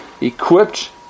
equipped